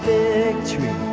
victory